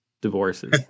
divorces